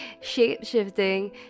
shape-shifting